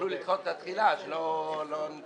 שיוכלו לדחות את התחילה, שלא ניתקע.